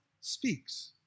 speaks